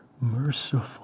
merciful